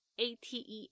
ate